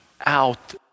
out